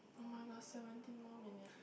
[oh]-my-god seventeen more minute